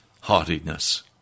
haughtiness